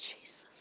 Jesus